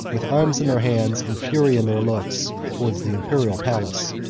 with arms in their hands and fury in their looks, towards the imperial palace.